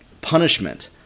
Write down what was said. punishment